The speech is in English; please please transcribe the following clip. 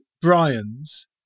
Brian's